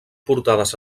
portades